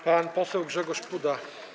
Pan poseł Grzegorz Puda.